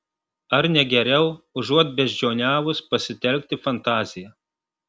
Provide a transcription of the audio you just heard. ar ne geriau užuot beždžioniavus pasitelkti fantaziją